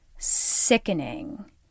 sickening